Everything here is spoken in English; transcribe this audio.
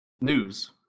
News